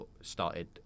started